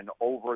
over